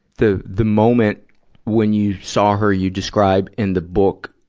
the, the moment when you saw her, you describe in the book,